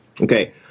Okay